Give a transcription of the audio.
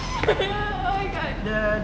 oh my god